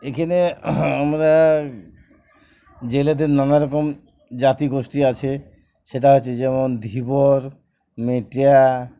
এখানে আমরা জেলেতে নানারকম জাতি গোষ্ঠী আছে সেটা হচ্ছে যেমন ধীবর মেটিা